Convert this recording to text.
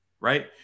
Right